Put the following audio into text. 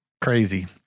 crazy